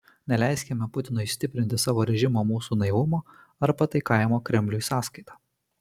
neleiskime putinui stiprinti savo režimo mūsų naivumo ar pataikavimo kremliui sąskaita